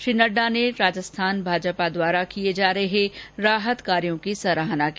श्री नड्डा ने राजस्थान भाजपा द्वारा किए जा रहे राहत कार्यो की सराहना की